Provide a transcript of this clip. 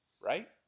right